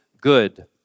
good